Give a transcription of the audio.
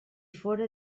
fóra